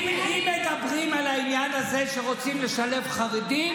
אם מדברים על העניין הזה שרוצים לשלב חרדים,